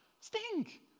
stink